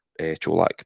Cholak